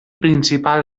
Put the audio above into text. principal